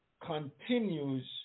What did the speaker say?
continues